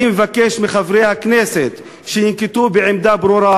אני מבקש מחברי הכנסת שינקטו עמדה ברורה.